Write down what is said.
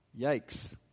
Yikes